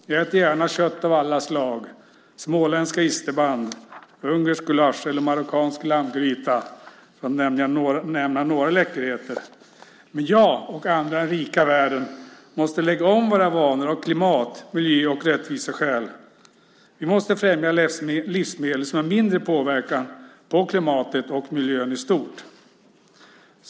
Jag äter gärna kött av alla slag - småländska isterband, ungersk gulasch eller marockansk lammgryta, för att nämna några läckerheter. Men jag och andra i den rika världen måste lägga om våra vanor av klimat-, miljö och rättviseskäl. Vi måste främja livsmedel som ger mindre påverkan på klimatet och miljön i stort.